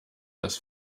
das